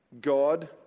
God